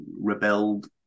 rebelled